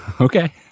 Okay